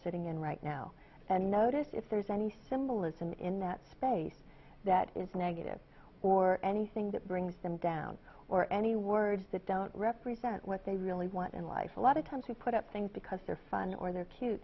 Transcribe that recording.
sitting in right now and notice if there's any symbolism in that space that is negative or anything that brings them down or any words that don't represent what they really want in life a lot of times we put up things because they're fun or they're cute